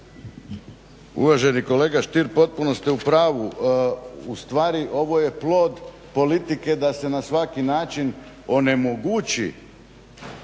Uvaženi kolega Stier potpuno ste u pravu. Ustvari ovo je plod politike da se na svaki način onemogući